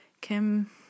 Kim